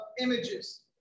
images